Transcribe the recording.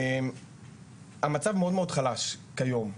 המצב מאוד חלש כיום.